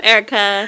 Erica